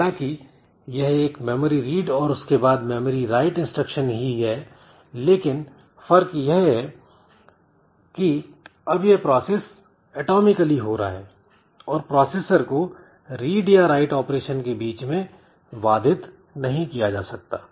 हालांकि यह एक मेमोरी रीड और उसके बाद मेमोरी राइट इंस्ट्रक्शन ही है लेकिन फर्क यह कि अब यह प्रोसेस एटॉमिकली हो रहा है और प्रोसेसर को रीड या राइट ऑपरेशन के बीच में बाधित नहीं किया जा सकता